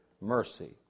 mercy